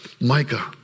Micah